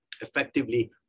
effectively